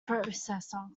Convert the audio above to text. processor